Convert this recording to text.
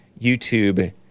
YouTube